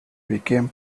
became